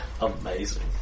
Amazing